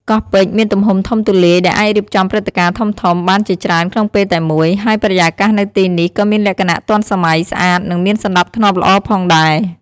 កោះពេជ្រមានទំហំធំទូលាយ ដែលអាចរៀបចំព្រឹត្តិការណ៍ធំៗបានជាច្រើនក្នុងពេលតែមួយ ហើយបរិយាកាសនៅទីនេះក៏មានលក្ខណៈទាន់សម័យ ស្អាត និងមានសណ្ដាប់ធ្នាប់ល្អផងដែរ។